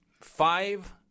five